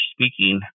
speaking